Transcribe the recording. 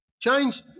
Change